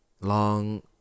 long